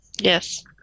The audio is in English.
Yes